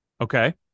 Okay